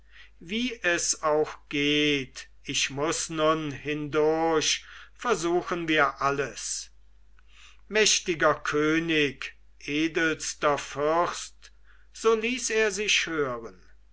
wie es auch geht ich muß nun hindurch versuchen wir alles mächtiger könig edelster fürst so ließ er sich hören